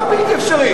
מה בלתי אפשרי?